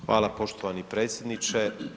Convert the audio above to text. Hvala poštovani predsjedniče.